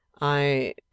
I